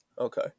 Okay